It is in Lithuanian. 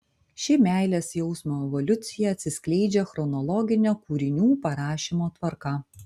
ši meilės jausmo evoliucija atsiskleidžia chronologine kūrinių parašymo tvarka